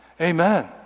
amen